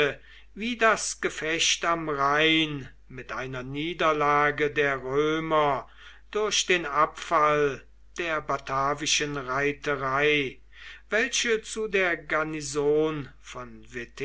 wie das gefecht am rhein mit einer niederlage der römer durch den abfall der batavischen reiterei welche zu der garnison von